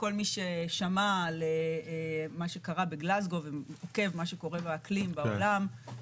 וכל מי ששמע על מה שקרה בגלזגו ועוקב על מה שקורה באקלים בעולם,